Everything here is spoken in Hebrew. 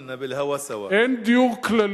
להלן תרגומם לעברית: כולנו באוויר ללא הבדל.) אין דיור כללי,